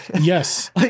yes